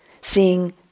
Seeing